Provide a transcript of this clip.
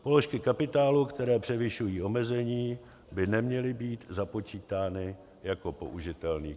Položky kapitálu, které převyšují omezení, by neměly být započítány jako použitelný kapitál.